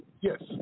Yes